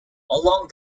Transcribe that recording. along